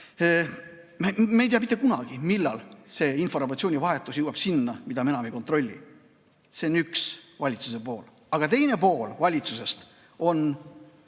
Me ei tea mitte kunagi, millal see informatsioonivahetus jõuab sinna, mida me enam ei kontrolli. See on üks valitsuse pool. Aga teine pool valitsusest on